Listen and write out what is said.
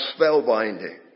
spellbinding